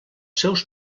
seus